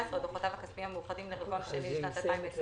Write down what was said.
2019 או דוחותיו הכספיים המאוחדים לרבעון השני לשנת 2020,